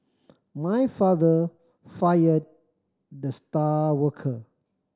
my father fired the star worker